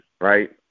right